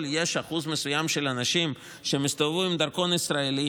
יש אחוז מסוים של אנשים שמסתובבים עם דרכון ישראלי,